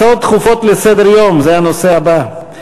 הצעות דחופות לסדר-היום, זה הנושא הבא.